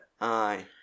Aye